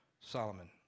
Solomon